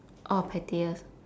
oh pettiest